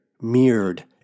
mirrored